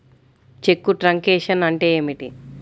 చెక్కు truncation అంటే ఏమిటి?